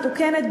מתוקנת,